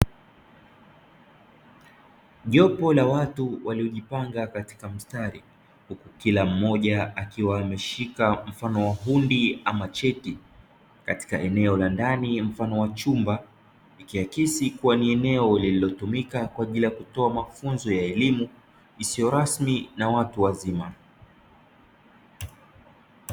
Jopo la watu waliojipanga katika mstari, huku kila mmoja akiwa ameshika mfano wa hundi ama cheti katika eneo la ndani mfano wa chumba; ikiakisi kuwa na eneo linalotumika kwa ajili ya kutoa mafunzo ya elimu isiyo rasmi na watu wazima.